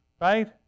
right